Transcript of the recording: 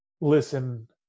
listen